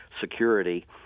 security